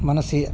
मनसि